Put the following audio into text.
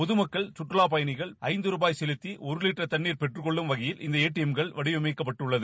பொது மக்கள் கற்றுலா பயணிகள் ஐந்து ரூபாய் செலுத்தி ஒரு லிட்டர் தண்ணீரை பெற்றுக் கொள்ளும் வகையில் இந்த ஏடிஎம்கள் வடிவமைக்கப்பட்டுள்ளன